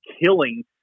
killing